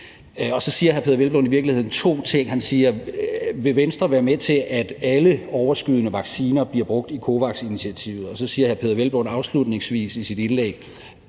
Og så siger hr. Peder Hvelplund i virkeligheden to ting. Han spørger, om Venstre vil være med til, at alle overskydende vacciner bliver brugt i COVAX-initiativet, og så spørger hr. Peder Hvelplund afslutningsvis i sit indlæg,